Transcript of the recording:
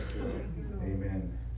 Amen